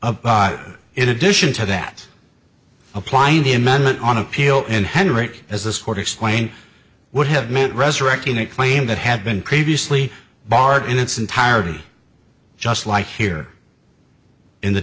but in addition to that applying the amendment on appeal in henry as this court explained would have meant resurrecting a claim that had been previously barred in its entirety just like here in the